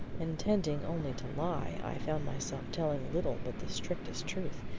intending only to lie, i found myself telling little but the strictest truth,